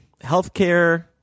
Healthcare